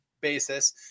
Basis